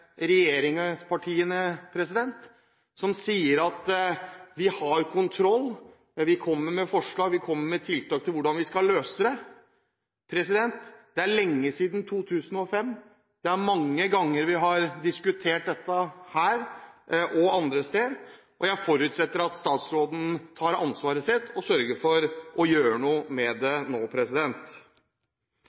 regjeringspartiene, som sier at vi har kontroll, men vi kommer med forslag og tiltak til hvordan vi skal løse det. Det er lenge siden 2005, vi har diskutert dette her og andre steder mange ganger, og jeg forutsetter at statsråden tar ansvaret sitt og sørger for å gjøre noe med dette nå.